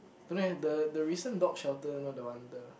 don't know !huh! the the recent dog shelter you know the one the